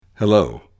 Hello